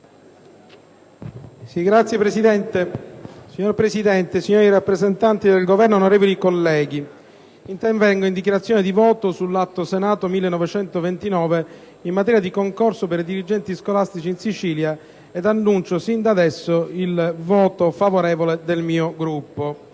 GIAMBRONE *(IdV)*. Signor Presidente, signori rappresentanti del Governo, onorevoli colleghi, intervenendo in dichiarazione di voto sull'Atto Senato n. 1929, in materia di concorso per dirigenti scolastici in Sicilia, annuncio fin da adesso il voto favorevole del mio Gruppo.